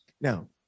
Now